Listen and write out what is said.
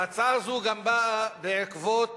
ההצעה הזאת גם באה בעקבות